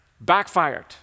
backfired